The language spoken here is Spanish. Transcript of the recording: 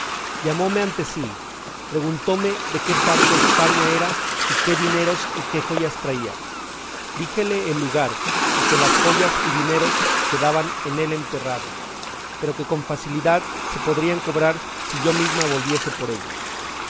llamóme ante sí preguntóme de qué parte de españa era y qué dineros y qué joyas traía díjele el lugar y que las joyas y dineros quedaban en él enterrados pero que con facilidad se podrían cobrar si yo misma volviese por ellos